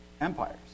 empires